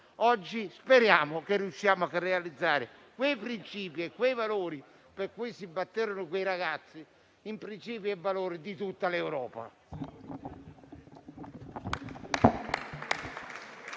Oggi speriamo di riuscire a realizzare i principi e i valori per cui si batterono quei ragazzi, che sono di tutta l'Europa.